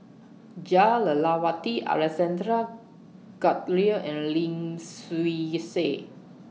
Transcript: Jah Lelawati Alexander Guthrie and Lim Swee Say